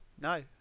no